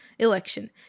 election